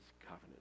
covenant